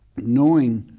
knowing